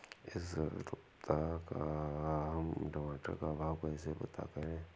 इस सप्ताह का हम टमाटर का भाव कैसे पता करें?